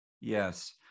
Yes